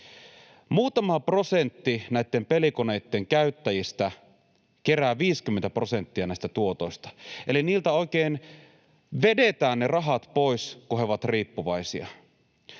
Muutama prosentti näitten pelikoneitten käyttäjistä kerää 50 prosenttia näistä tuotoista. Eli heiltä oikein vedetään ne rahat pois, kun he ovat riippuvaisia.